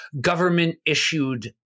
government-issued